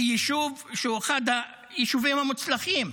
ביישוב שהוא אחד היישובים המוצלחים.